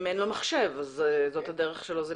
אם אין לו מחשב, זאת הדרך שלו.